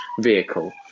vehicle